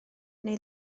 neu